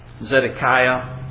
Zedekiah